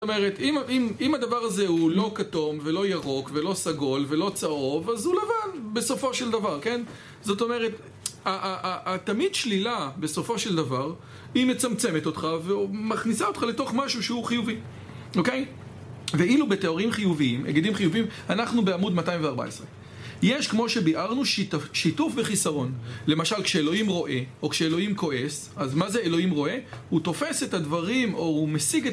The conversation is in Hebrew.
זאת אומרת, אם הדבר הזה הוא לא כתום ולא ירוק ולא סגול ולא צהוב אז הוא לבן, בסופו של דבר, כן? זאת אומרת, התמיד שלילה, בסופו של דבר היא מצמצמת אותך ומכניסה אותך לתוך משהו שהוא חיובי, אוקיי? ואילו בתיאורים חיוביים, היגדים חיוביים, אנחנו בעמוד 214 יש, כמו שביארנו, שיתוף וחיסרון למשל, כשאלוהים רואה, או כשאלוהים כועס, אז מה זה אלוהים רואה? הוא תופס את הדברים, או הוא משיג את